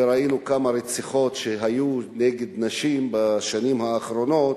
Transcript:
וראינו כמה רציחות היו נגד נשים בשנים האחרונות,